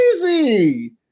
crazy